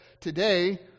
today